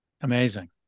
Amazing